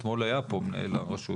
אתמול היה פה מנהל הרשות,